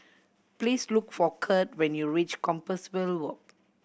please look for Curt when you reach Compassvale Walk